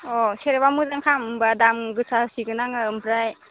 अ सेरेबा मोजां खालाम होमब्ला दाम गोसा होसिगोन आङो ओमफ्राय